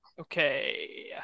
Okay